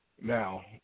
Now